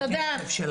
תודה.